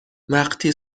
وقتی